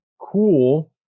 cool